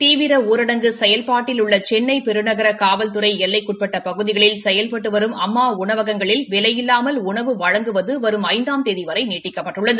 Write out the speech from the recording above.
தீவிர ஊரடங்கு செயல்பட்டில் உள்ள சென்னை பெருநகர ஊவல்துறை எல்லைக்கு உட்பட்ட பகுதிகளில் செயல்பட்டு வரும் அம்மா உணவகங்களில் விலையில்லாமல் உணவு வழங்குவது வரும் ஐந்தாம் தேதி வரை நீட்டிக்கப்பட்டுள்ளது